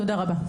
תודה רבה.